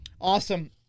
Awesome